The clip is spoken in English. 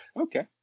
Okay